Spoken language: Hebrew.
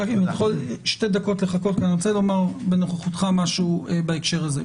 אם אתה יכול שתי דקות לחכות כי אני רוצה לומר בנוכחותך משהו בהקשר הזה.